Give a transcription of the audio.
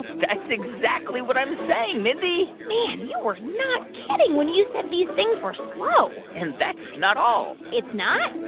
that's exactly what i'm saying, mindy man, you were not kidding when you said these things were slow and that's not all it's not?